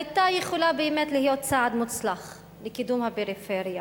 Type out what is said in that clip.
היתה יכולה באמת להיות צעד מוצלח לקידום הפריפריה,